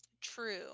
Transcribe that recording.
True